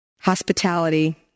Hospitality